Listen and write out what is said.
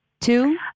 Two